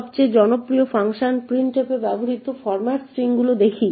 সবচেয়ে জনপ্রিয় function printf এ ব্যবহৃত ফরম্যাট স্ট্রিংগুলো দেখি